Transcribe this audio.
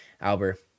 albert